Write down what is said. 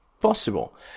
possible